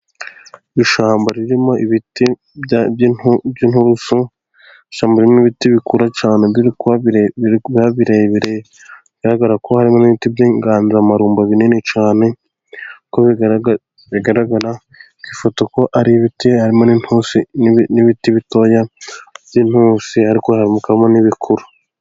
Ishyamba ririmo ibiti by'inturusu, ishyamba n' ibiti bikura cyane birebire, bigaragara ko harimo n'ibiindi by'inganzamarumbo binini cyane, nk'uko bigaragara ku ifoto ko ari ibiti, harimo n'ibiti bitoya by'inturusu, ariko habonekamo n'ibikuru.